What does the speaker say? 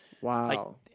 wow